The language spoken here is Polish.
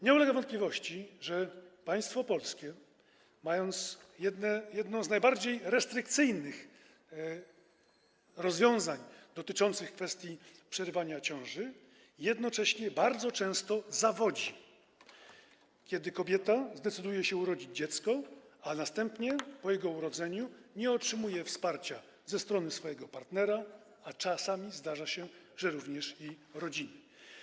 Nie ulega wątpliwości, że państwo polskie, mając jedne z najbardziej restrykcyjnych rozwiązań dotyczących przerywania ciąży, jednocześnie bardzo często zawodzi, kiedy kobieta zdecyduje się urodzić dziecko, a następnie, po jego urodzeniu, nie otrzymuje wsparcia ze strony swojego partnera, a czasami zdarza się, że również rodziny.